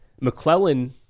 McClellan